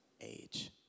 age